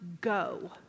go